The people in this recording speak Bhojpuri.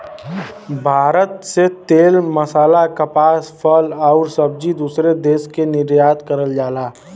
भारत से तेल मसाला कपास फल आउर सब्जी दूसरे देश के निर्यात करल जाला